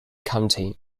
county